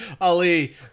Ali